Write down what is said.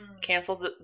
canceled